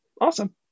Awesome